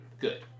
good